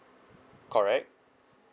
correct